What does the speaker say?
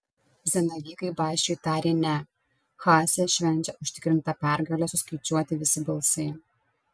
zanavykai basčiui tarė ne haase švenčia užtikrintą pergalę suskaičiuoti visi balsai